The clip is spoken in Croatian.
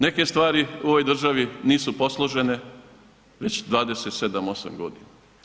Neke stvari u ovoj državi nisu posložene već 27-8 godina.